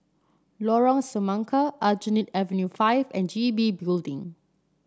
Lorong Semangka Aljunied Avenue Five and G B Building